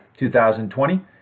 2020